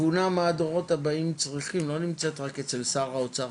התבונה מה הדורות הבאים צריכים לא נמצאת רק אצל שר האוצר.